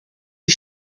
die